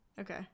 Okay